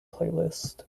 playlist